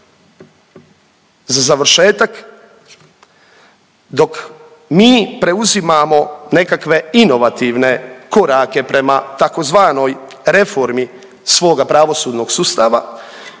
za završetak dok mi preuzimamo nekakve inovativne korake prema tzv. reformi svoga pravosudnog sustava